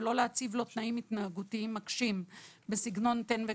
ולא להציב לו תנאים התנהגותיים מקשים בסגנון תן וקח,